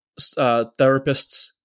therapists